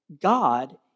God